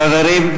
חברים,